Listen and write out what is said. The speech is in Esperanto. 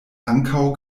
ankaŭ